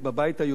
מפד"ל?